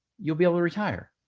you'll be able to retire.